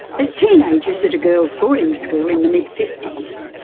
as teenagers at a girls' boarding school in the mid-fifties,